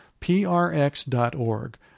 prx.org